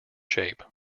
shape